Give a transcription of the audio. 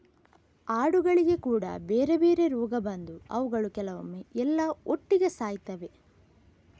ಆಡುಗಳಿಗೆ ಕೂಡಾ ಬೇರೆ ಬೇರೆ ರೋಗ ಬಂದು ಅವುಗಳು ಕೆಲವೊಮ್ಮೆ ಎಲ್ಲಾ ಒಟ್ಟಿಗೆ ಸಾಯ್ತವೆ